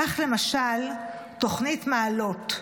כך למשל תוכנית "מעלות",